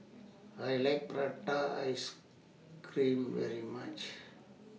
I like Prata Ice Cream very much